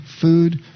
food